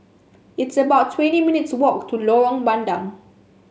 it's about twenty minutes walk to Lorong Bandang